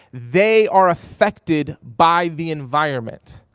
they are affected by the environment.